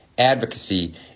Advocacy